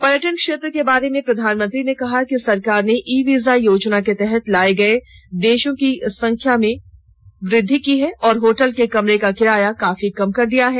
पर्यटन क्षेत्र के बारे में प्रधानमंत्री ने कहा कि सरकार ने ई वीजा योजना के तहत लाए गए देशों की संख्या में वृद्धि की है और होटल के कमरे का किराया काफी कम कर दिया है